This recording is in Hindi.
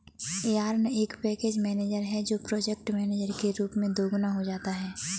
यार्न एक पैकेज मैनेजर है जो प्रोजेक्ट मैनेजर के रूप में दोगुना हो जाता है